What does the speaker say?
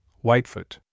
Whitefoot